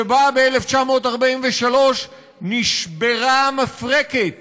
שבה ב-1943 נשברה המפרקת